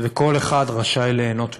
וכל אחד רשאי ליהנות ממנה.